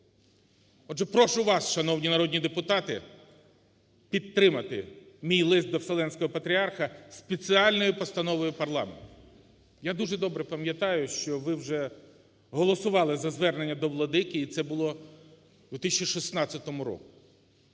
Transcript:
Отже, прошу вас, шановні народні депутати, підтримати мій лист до Вселенського Патріарха спеціальною постановою парламенту. Я дуже добре пам'ятаю, що ви вже голосували за звернення до Владики, і це було в 2016 році.